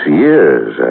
years